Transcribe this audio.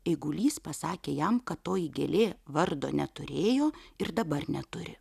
eigulys pasakė jam kad toji gėlė vardo neturėjo ir dabar neturi